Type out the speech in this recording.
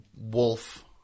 wolf